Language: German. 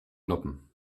noppen